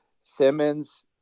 Simmons